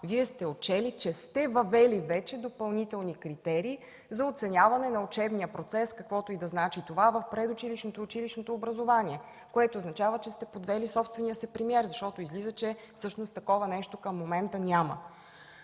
Вие сте отчели, че сте въвели вече допълнителни критерии за оценяване на учебния процес, каквото и да значи това, в предучилищното и училищното образование. Това означава, че сте подвели собствения си премиер, защото излиза, че такова нещо към момента няма.